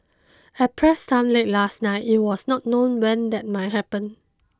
at press time late last night it was not known when that might happen